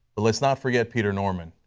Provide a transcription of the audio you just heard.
let's not forget peter norman,